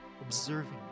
observing